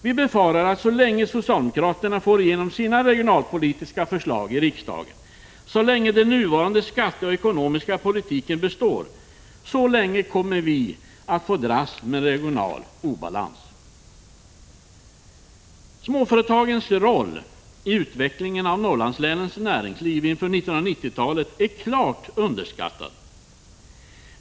Vi befarar att så länge socialdemokraterna får igenom sina regionalpolitiska förslag i riksdagen och så länge den nuvarande skattepolitiken och ekonomiska politiken består, så länge kommer vi att få dras med regional obalans. Småföretagens roll i utvecklingen av Norrlandslänens näringsliv inför 1990-talet är klart underskattad.